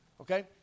Okay